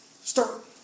Start